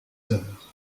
heures